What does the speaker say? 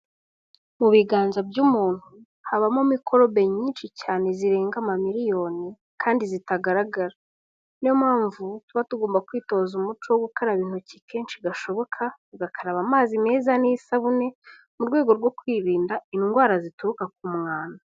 Mu biganza by'umuntu habamo mikorobe nyinshi cyane zirenga ama miliyoni kandi zitagaragara, niyo mpamvu tuba tugomba kwitoza umuco wo gukaraba intoki kenshi gashoboka, tugakaraba amazi meza n'isabune mu rwego rwo kwirinda indwara zituruka ku mwanda.